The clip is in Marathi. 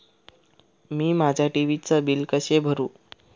मी माझ्या टी.व्ही चे बिल कसे भरू?